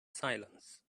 silence